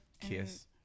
kiss